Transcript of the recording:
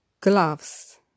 gloves